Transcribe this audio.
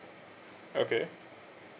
okay